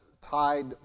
tied